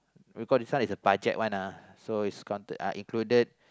because this one is a budget one ah so is got to included